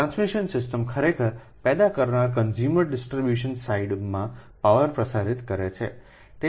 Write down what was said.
તેથી transmission system ખરેખર પેદા કરતા કન્ઝ્યુમર ડિસ્ટ્રિબ્યુશન સાઇડમાં પાવર પ્રસારિત કરે છે